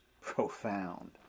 profound